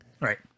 Right